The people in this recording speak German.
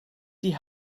die